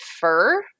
fur